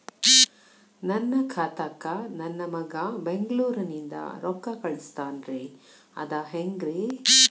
ನನ್ನ ಖಾತಾಕ್ಕ ನನ್ನ ಮಗಾ ಬೆಂಗಳೂರನಿಂದ ರೊಕ್ಕ ಕಳಸ್ತಾನ್ರಿ ಅದ ಹೆಂಗ್ರಿ?